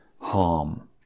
harm